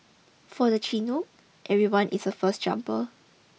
for the Chinook everyone is a first jumper